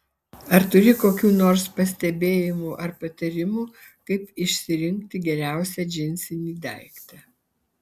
ar turi kokių nors pastebėjimų ar patarimų kaip išsirinkti geriausią džinsinį daiktą